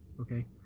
Okay